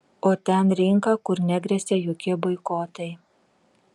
o ten rinka kur negresia jokie boikotai